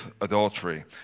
adultery